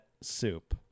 Soup